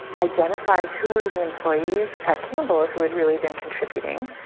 identify who were the employees at campbell who had really been contributing,